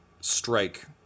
strike